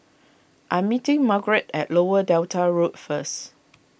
I am meeting Margeret at Lower Delta Road first